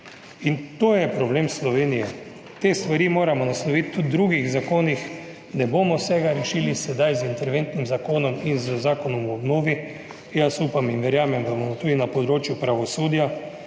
In to je problem Slovenije, te stvari moramo nasloviti tudi v drugih zakonih, ne bomo vsega rešili sedaj z interventnim zakonom in z zakonom o obnovi. Jaz upam in verjamem, da bomo tudi na področju pravosodja